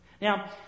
Now